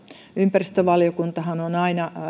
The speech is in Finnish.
ympäristövaliokuntahan on aina